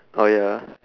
oh ya uh